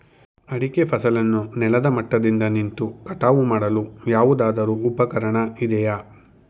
ಅಡಿಕೆ ಫಸಲನ್ನು ನೆಲದ ಮಟ್ಟದಿಂದ ನಿಂತು ಕಟಾವು ಮಾಡಲು ಯಾವುದಾದರು ಉಪಕರಣ ಇದೆಯಾ?